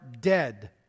dead